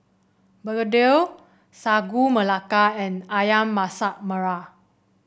begedil Sagu Melaka and ayam Masak Merah